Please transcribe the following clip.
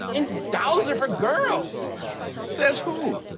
and dolls are for girls says who?